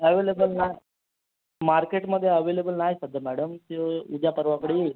available ना मार्केटमध्ये available नाही सध्या मॅडम ते उद्या परवाकडे येईल